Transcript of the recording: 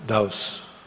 Daus.